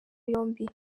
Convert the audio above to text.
yombi